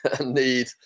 need